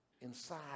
inside